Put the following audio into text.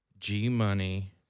G-Money